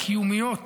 הקיומיות